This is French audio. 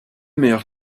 meilleurs